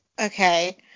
okay